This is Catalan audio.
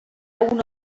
una